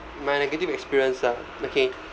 my negative experience ah okay